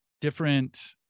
different